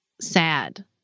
sad